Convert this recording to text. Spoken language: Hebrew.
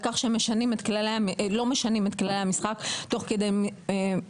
כך שלא משנים את כללי המשחק כתוך כדי משחק.